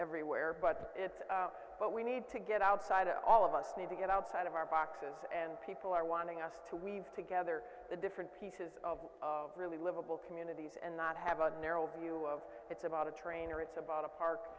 everywhere but it out but we need to get outside all of us need to get outside of our boxes and people are wanting us to weave together the different pieces of really livable communities and not have a narrow view of it's about a train or it's about a park